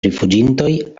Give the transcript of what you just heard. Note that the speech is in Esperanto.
rifuĝintoj